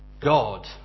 God